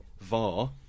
VAR